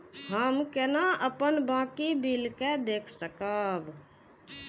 हम केना अपन बाकी बिल के देख सकब?